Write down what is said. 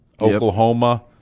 Oklahoma